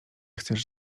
chcesz